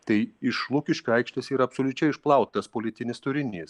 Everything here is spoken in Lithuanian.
tai iš lukiškių aikštės yra absoliučiai išplautas politinis turinys